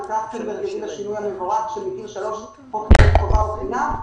וכך השינוי המבורך חוק חינוך חובה הוא חינם,